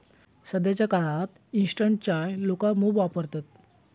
सध्याच्या काळात इंस्टंट चाय लोका मोप वापरतत